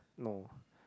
no